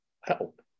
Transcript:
help